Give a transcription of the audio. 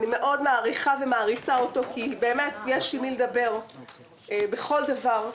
אני מאוד מעריכה ומעריצה אותו כי באמת יש עם מי לדבר על כל דבר.